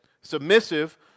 submissive